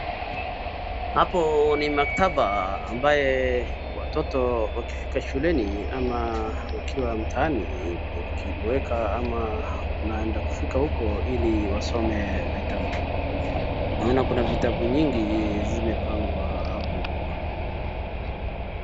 Hapo ni maktaba ambaye watoto wakifika shuleni ama wakiwa mtaani wakiboeka ama wanaenda kufika huko ili wasome vitabu. Naona kuna vitabu nyingi zimepangwa hapo.